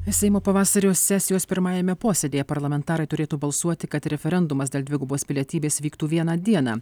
seimo pavasario sesijos pirmajame posėdyje parlamentarai turėtų balsuoti kad referendumas dėl dvigubos pilietybės vyktų vieną dieną